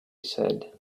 said